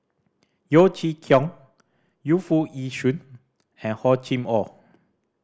Yeo Chee Kiong Yu Foo Yee Shoon and Hor Chim Or